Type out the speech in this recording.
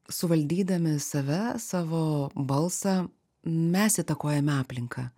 suvaldydami save savo balsą mes įtakojame aplinką